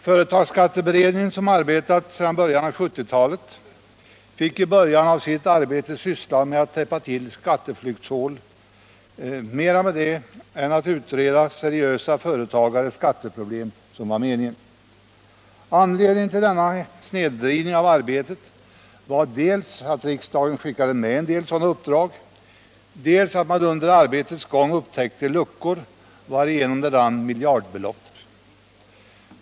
Företagsskatteberedningen, som arbetat sedan början av 1970-talet, fick i början av sitt arbete mera syssla med att täppa till skatteflyktshål än att utreda seriösa företagares skatteproblem, vilket var meningen. Anledningen till denna snedvridning av arbetet var dels att riksdagen skickade med en del sådana uppdrag, dels att man under arbetets gång upptäckte luckor genom vilka det rann ut miljardbelopp.